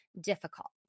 difficult